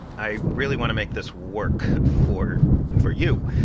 i really want to make this work for for you.